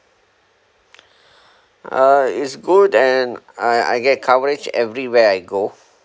uh it's good and I I get coverage everywhere I go